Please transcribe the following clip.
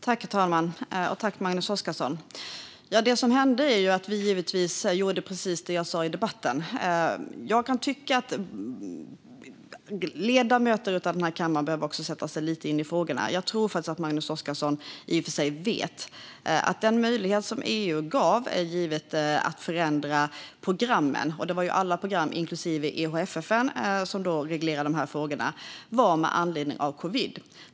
Herr talman! Jag tackar Magnus Oscarsson. Det som hände var att vi gjorde precis det jag sa i debatten. Ledamöterna i denna kammare behöver sätta sig in lite i frågorna. Jag tror i och för sig att Magnus Oscarsson vet att den möjlighet som EU gav att förändra programmen, och det var alla program inklusive EHFF, som reglerar dessa frågor, gavs med anledning av covid.